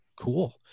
Cool